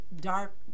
dark